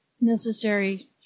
necessary